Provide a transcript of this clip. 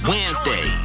Wednesday